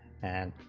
and